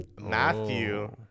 Matthew